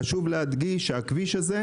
חשוב להדגיש שהכביש הזה,